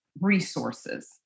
resources